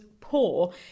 poor